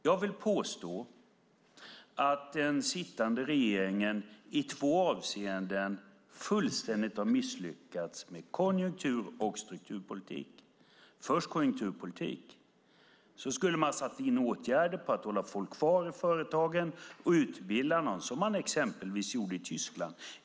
Jag vill påstå att den sittande regeringen i två avseenden fullständigt har misslyckats med konjunktur och strukturpolitik. När det gäller konjunkturpolitiken skulle man ha satt in åtgärder för att hålla folk kvar i företagen och utbilda dem som man exempelvis gjorde i Tyskland.